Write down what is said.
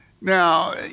Now